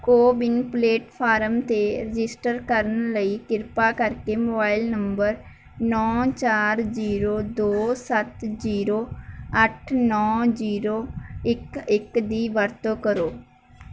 CoWIN platform 'ਤੇ register ਕਰਨ ਲਈ ਕਿਰਪਾ ਕਰਕੇ ਮੋਬਾਈਲ ਨੰਬਰ ਨੌ ਚਾਰ ਜ਼ੀਰੋ ਦੋ ਸੱਤ ਜ਼ੀਰੋ ਅੱਠ ਨੌ ਜ਼ੀਰੋ ਇੱਕ ਇੱਕ ਦੀ ਵਰਤੋਂ ਕਰੋ